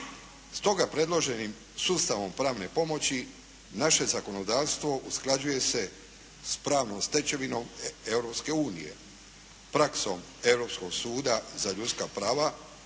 Stoga predloženim sustavom pravne pomoći naše zakonodavstvo usklađuje se s pravnom stečevinom Europske unije, praksom